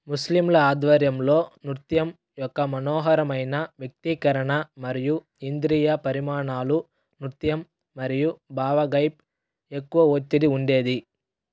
ముస్లింల ఆధ్వర్యంలో నృత్యం యొక్క మనోహరమైన వ్యక్తీకరణ మరియు ఇంద్రియ పరిమాణాలు నృత్యం మరియు భావగైప్ ఎక్కువ ఒత్తిడి ఉండేది